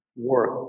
work